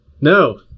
No